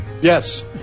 Yes